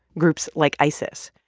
groups like isis.